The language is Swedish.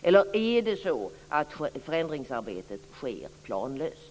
Eller är det så att förändringsarbetet sker planlöst?